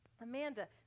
Amanda